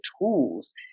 tools